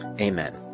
amen